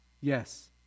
Yes